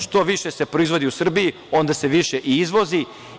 Što više se proizvodi u Srbiji, onda se više i izvozi.